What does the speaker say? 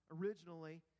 originally